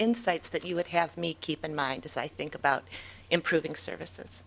insights that you would have me keep in mind as i think about improving services